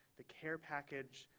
the care package,